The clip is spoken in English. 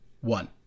one